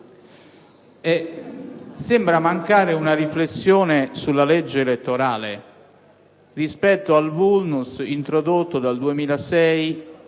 ma sembra mancare una riflessione sulla legge elettorale rispetto al *vulnus* introdotto dal 2006